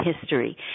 history